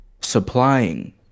Supplying